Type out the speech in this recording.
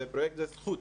זה פרויקט שהוא זכות,